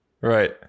Right